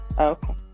Okay